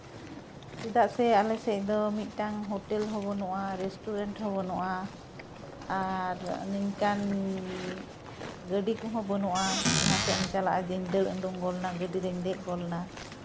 ᱪᱮᱫᱟᱜ ᱥᱮ ᱟᱞᱮ ᱥᱮᱫ ᱫᱚ ᱢᱤᱫᱴᱟᱝ ᱦᱳᱴᱮᱞ ᱦᱚᱸ ᱵᱟᱹᱱᱩᱜᱼᱟ ᱨᱮᱥᱴᱩᱨᱮᱱᱴ ᱦᱚᱸ ᱵᱟᱹᱱᱩᱜᱼᱟ ᱟᱨ ᱱᱤᱠᱟᱱ ᱜᱟᱹᱰᱤ ᱠᱚᱦᱚᱸ ᱵᱟᱹᱱᱩᱜᱼᱟ ᱡᱟᱦᱟᱸᱥᱮᱫ ᱮᱢ ᱪᱟᱞᱟᱜᱼᱟ ᱡᱮᱧ ᱫᱟᱹᱲ ᱩᱰᱳᱝ ᱜᱚᱫᱱᱟ ᱡᱮ ᱜᱟᱹᱰᱤ ᱨᱮᱧ ᱫᱮᱡ ᱜᱚᱫᱱᱟ